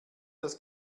das